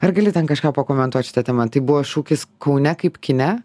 ar gali ten kažką pakomentuoti šita tema tai buvo šūkis kaune kaip kine